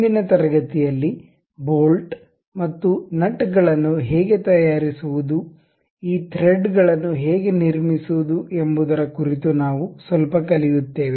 ಇಂದಿನ ತರಗತಿಯಲ್ಲಿ ಬೋಲ್ಟ್ ಮತ್ತು ನಟ್ ಗಳನ್ನು ಹೇಗೆ ತಯಾರಿಸುವುದು ಈ ಥ್ರೆಡ್ ಗಳನ್ನು ಹೇಗೆ ನಿರ್ಮಿಸುವುದು ಎಂಬುದರ ಕುರಿತು ನಾವು ಸ್ವಲ್ಪ ಕಲಿಯುತ್ತೇವೆ